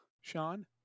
Sean